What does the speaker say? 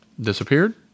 Disappeared